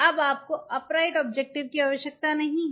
अब आपको upright objective की आवश्यकता नहीं है